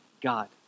God